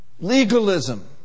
legalism